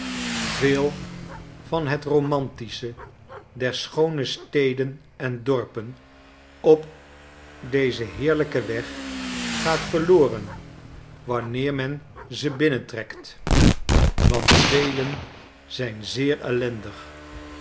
yeel van het romantische der schoone steden en dorpen op dezen heerlijken weg gaat verloren wanneer men ze binnentrekt want velen zijn zeer ellendig